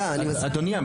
אדוני,